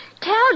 tell